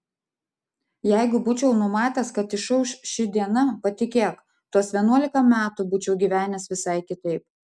jeigu būčiau numatęs kad išauš ši diena patikėk tuos vienuolika metų būčiau gyvenęs visai kitaip